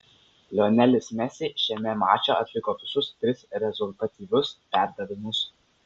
lionelis messi šiame mače atliko visus tris rezultatyvius perdavimus